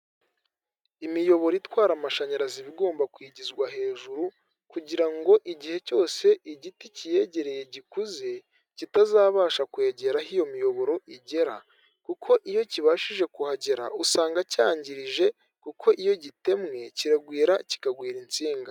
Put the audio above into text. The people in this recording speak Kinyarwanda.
Imiyoboro itwara amashanyarazi iba igomba kwigizwa hejuru kugira ngo igihe cyose igiti cyiyegereye gikuze kitazabasha kwegera aho iyo miyoboro igera, kuko iyo kibashije kuhagera usanga cyangirije kuko iyo gitemwe kiragwira kikagwira insinga.